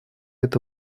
это